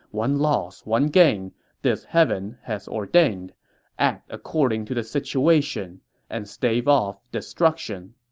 one loss, one gain this heaven has ordained act according to the situation and stave off destruction